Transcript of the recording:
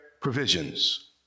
provisions